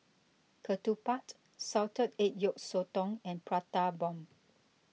Ketupat Salted Egg Yolk Sotong and Prata Bomb